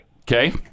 Okay